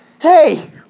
Hey